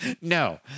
No